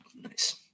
nice